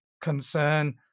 concern